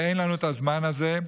ואין לנו את הזמן הזה,